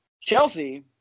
Chelsea